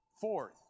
Fourth